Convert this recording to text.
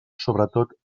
sobretot